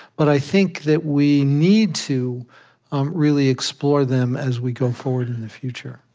but i think that we need to really explore them as we go forward in the future